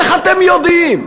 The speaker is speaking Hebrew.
איך אתם יודעים?